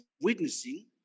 witnessing